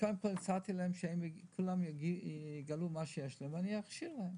קודם כול הצעתי להם שכולם יגלו מה יש להם ואני אכשיר להם.